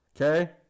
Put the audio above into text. Okay